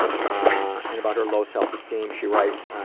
ah and about her low self-esteem, she writes,